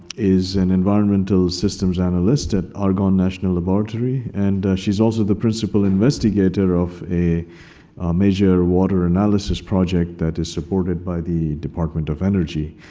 is an environmental systems analyst at argonne national laboratory, and she's also the principal investigator of a major water analysis project that is supported by the department of energy.